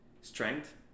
strength